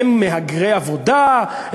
הם מהגרי עבודה,